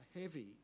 heavy